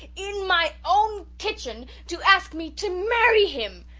in my own kitchen, to ask me to marry him.